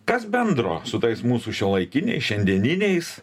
kas bendro su tais mūsų šiuolaikiniai šiandieniniais